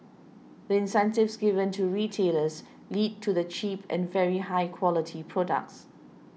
the incentives given to retailers lead to the cheap and very high quality products